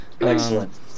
Excellent